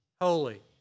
holy